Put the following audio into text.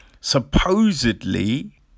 Supposedly